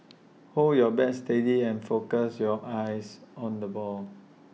hold your bat steady and focus your eyes on the ball